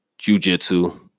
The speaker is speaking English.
jujitsu